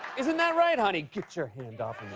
isn't that right, honey? get your hand off